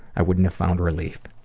i wouldn't have found relief.